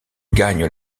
gagne